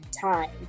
time